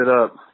up